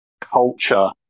culture